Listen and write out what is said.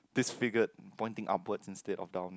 disfigured pointing upward instead of down